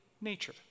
nature